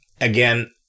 Again